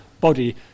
body